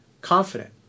confident